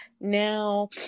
now